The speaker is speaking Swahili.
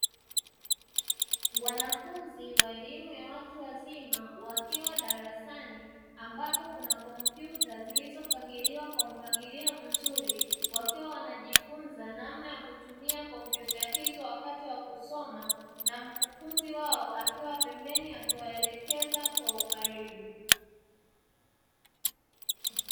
Wanafunzi wa elimu ya watu wazima wakiwa darasani ambapo kuna kompyuta zilizopangiliwa kwa mpangilio mzuri, wakiwa wanajifunza namna ya kutumia kompyuta hizo wakati wa kusoma na mkufunzi wao akiwa pembeni akiwaelekeza kwa ukaribu.